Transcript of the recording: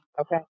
Okay